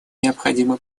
необходимо